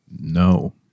No